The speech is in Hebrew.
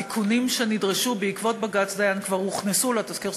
התיקונים שנדרשו בעקבות בג"ץ דיין כבר הוכנסו לתזכיר,